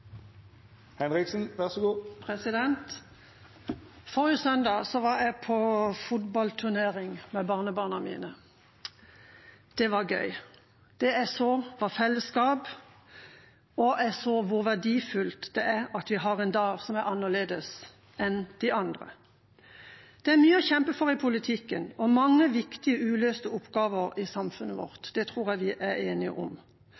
søndag var jeg på fotballturnering med barnebarna mine. Det var gøy. Det jeg så, var fellesskap, og jeg så hvor verdifullt det er at vi har en dag som er annerledes enn de andre. Det er mye å kjempe for i politikken og mange viktige uløste oppgaver i samfunnet vårt. Det tror jeg vi er enige om.